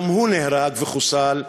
גם הוא נהרג וחוסל,